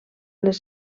les